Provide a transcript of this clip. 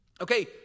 Okay